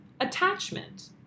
attachment